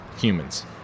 humans